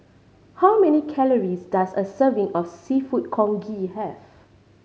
how many calories does a serving of Seafood Congee have